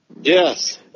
Yes